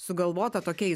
sugalvota tokia